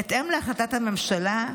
בהתאם להחלטת הממשלה,